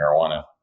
marijuana